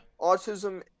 autism